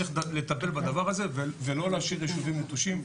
צריך לטפל בדבר הזה ולא להשאיר ישובים נטושים,